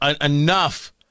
enough